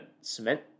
cement